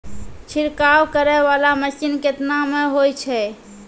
छिड़काव करै वाला मसीन केतना मे होय छै?